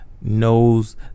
knows